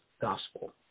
gospel